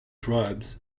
tribes